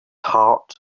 heart